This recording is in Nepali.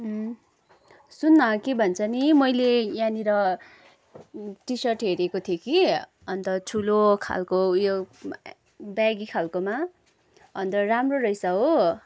सुन्न के भन्छ नि मैले यहाँनिर टी सर्ट हेरेको थिएँ कि अन्त ठुलो खालको ऊ यो बेगी खालकोमा अन्त राम्रो रहेछ हो